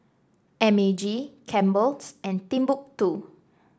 M A G Campbell's and Timbuk two